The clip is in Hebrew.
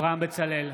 אברהם בצלאל,